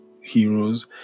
Heroes